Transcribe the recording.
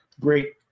great